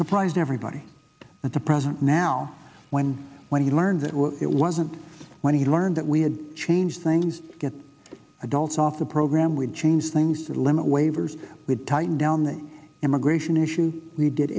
surprised everybody at the present now when when he learned that it wasn't when he learned that we had changed things get adults off the program would change things that limit waivers with tighten down the immigration issue we did